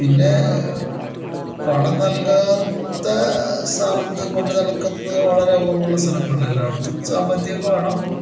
പിന്നേ പണം നൽകാത്ത സ ഇതു കൊണ്ട് നടക്കുന്നത് വളരെ അപൂർവമുള്ള സലങ്ങളേ ഉള്ളൂ എല്ലായിടത്തും സാമ്പത്തികമൊക്കെ വേണം